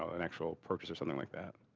ah an actual purchase or something like that.